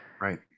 right